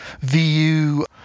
VU